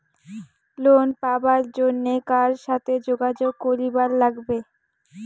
Loan পাবার জন্যে কার সাথে যোগাযোগ করিবার লাগবে?